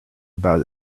about